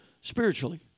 spiritually